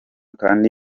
kandi